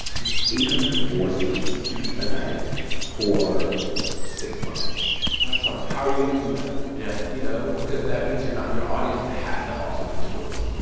this is eight hundred and four seats a night for six months that's hard how are you going to do that? yeah you know, because that means you're not your audience has to also be tourists.